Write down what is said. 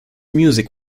music